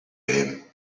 him